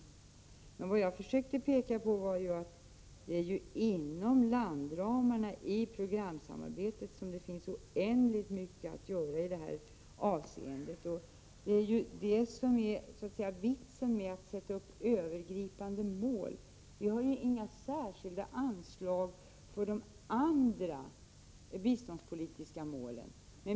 Vad jag har försökt att peka på är att det finns oändligt mycket att göra inom landramarna i programsamarbetet i detta avseende. Det är vitsen med att sätta upp övergripande mål. Det finns ju inga särskilda anslag till de andra biståndspolitiska målen.